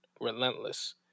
relentless